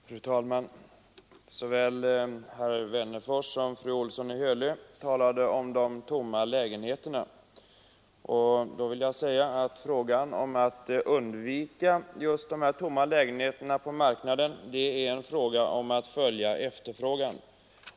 Fru talman! Såväl herr Wennerfors som fru Olsson i Hölö talade om de tomma lägenheterna. Vill man undvika att få tomma lägenheter på marknaden måste byggandet anpassas till efterfrågan.